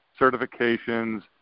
certifications